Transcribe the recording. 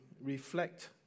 reflect